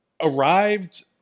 arrived